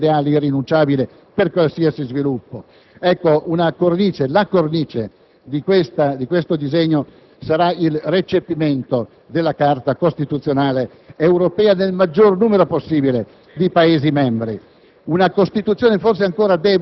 costituisce la frontiera ideale irrinunciabile per qualsiasi sviluppo. La cornice del suddetto disegno sarà il recepimento della Carta costituzionale europea nel maggior numero possibile di Paesi membri: